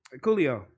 Coolio